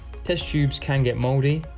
test tubes can get mouldy.